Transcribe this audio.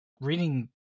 reading